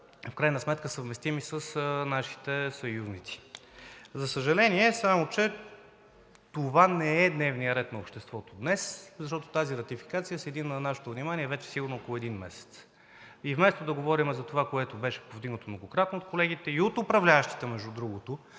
в крайна сметка съвместими с нашите съюзници. За съжаление, само че това не е дневният ред на обществото днес, защото тази ратификация седи на нашето внимание вече сигурно около един месец. И вместо да говорим за това, което беше повдигнато многократно от колегите и от управляващите, между другото